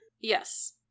Yes